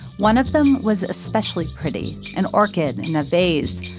one of them was especially pretty, an orchid in a vase.